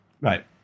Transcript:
Right